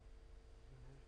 מנהל